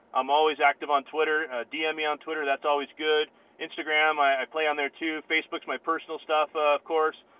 i'm always active on twitter dm me on twitter. that's always good instagram i i play on there to facebook's my personal stuff of course,